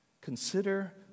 consider